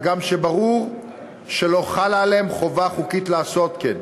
הגם שברור שלא חלה עליהם חובה חוקית לעשות כן.